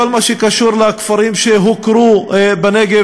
כל מה שקשור לכפרים שהוכרו בנגב.